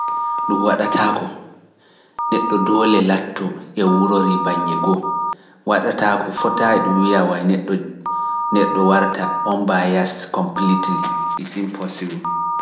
Ɗum waɗataako neɗɗo doole laatoo e wurori baññe goo, waɗataako fotaa e ɗum wiya waay neɗɗo neɗɗo warata on mbayas ɗum ɗum waɗata on mbayas ɗum.